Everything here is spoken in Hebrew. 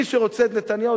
מי שרוצה את נתניהו,